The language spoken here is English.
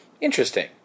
Interesting